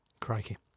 Crikey